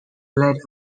led